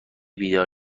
بیدار